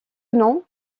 nom